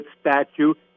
statute